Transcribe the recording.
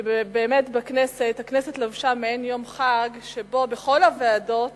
הכנסת לבשה מעין חג, שבו בכל הוועדות